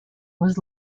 was